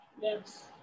Yes